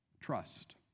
Trust